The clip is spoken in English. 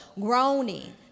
Groaning